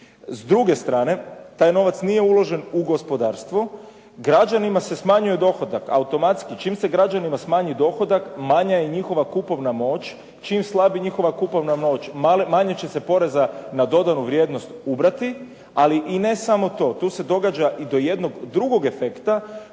S druge strane taj novac nije uložen u gospodarstvu. Građanima se smanjuje dohodak. Automatski čim se građanima smanji dohodak, manja je njihova kupovna moć. Čim slabi njihova kupovna moć, manje će se poreza na dodanu vrijednost dodati. Ali i ne samo to tu se događa i do jednog drugog efekta